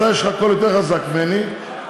יש לך קול יותר חזק משיש לי,